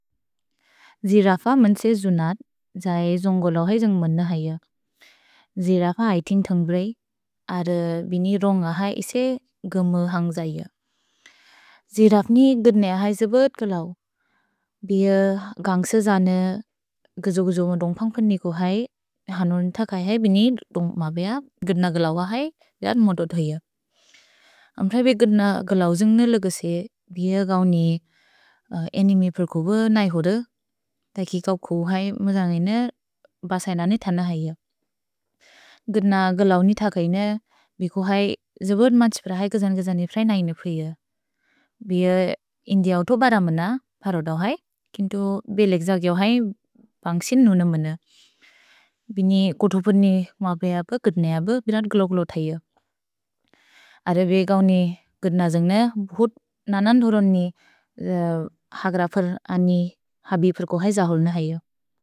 Giraffe मेन्से जुनत्, जये जोन्गोलोहै जन्ग्मन हैय। जिरफ ऐतिन् थम्ब्रेइ, अद् बिनि रोन्ग है इसे गम हन्ग्जैय। जिरफ् नि गिद्नैअ है जिबुत् गलौ। भिअ गन्ग्स जने गजोगजोम दोन्ग्पन्ग्पन् निको है, हनोन् तकै है बिनि दोन्ग्म बेअ गिद्न गलौअ है, यद् मोदोद् हैय। अम्त्र बिअ गिद्न गलौ जिन्ग्ने लगेसे, बिअ गौनि अनिमि प्रकोब नै होद, तकि गौ को है मजन्गेने बसैन नि थनहैय। गिद्न गलौनि तकैन, बिअ को है जिबुत् मछ्पर है कजन्-कजनिफ्रै नैन पुइय। भिअ इन्दिअ उतो बदमन परोदौ है, केन्तो बेअ लेक्ज गिअओ है पन्ग्सिन् नुनमन। भिनि कोतोपनि मपेअ ब गिद्नैअ ब बिनत् ग्लो-ग्लो थैय। अर बेअ गौनि गिद्न जिन्ग्ने, भुत् ननन् धोरोनि हग्रफर् अनि हबिफर् को है जहोल्न हैयो।